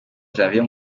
janvier